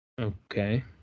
okay